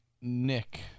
Nick